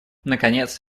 наконец